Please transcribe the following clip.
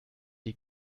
die